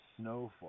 snowfall